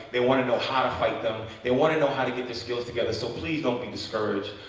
they want to know how to fight them. they want to know how to get their skills together. so please don't be discouraged.